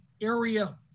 area